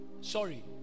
Sorry